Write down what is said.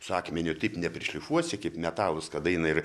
su akmeniu taip neprišlifuosi kaip metalus kada jinai ir